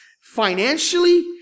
financially